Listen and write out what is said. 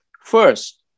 First